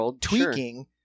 tweaking